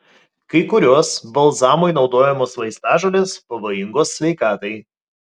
kai kurios balzamui naudojamos vaistažolės pavojingos sveikatai